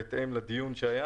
בהתאם לדיון שהיה,